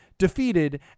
defeated